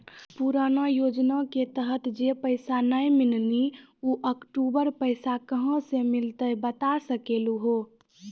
पुराना योजना के तहत जे पैसा नै मिलनी ऊ अक्टूबर पैसा कहां से मिलते बता सके आलू हो?